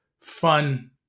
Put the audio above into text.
fun